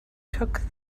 took